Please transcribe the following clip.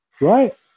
right